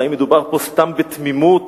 האם מדובר פה סתם בתמימות